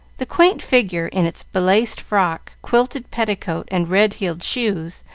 the quaint figure, in its belaced frock, quilted petticoat, and red-heeled shoes,